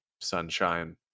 Sunshine